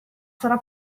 sarà